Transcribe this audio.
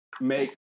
make